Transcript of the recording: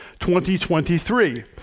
2023